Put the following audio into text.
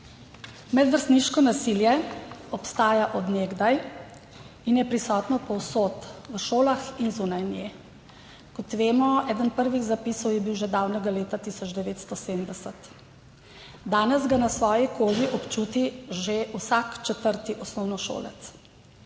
Medvrstniško nasilje obstaja od nekdaj in je prisotno povsod, v šolah in zunaj njih. Kot vemo, je bil eden prvih zapisov že davnega leta 1970. Danes ga na svoji koži občuti že vsak četrti osnovnošolec.